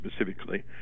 specifically